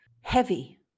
heavy